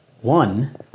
One